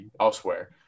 elsewhere